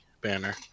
banner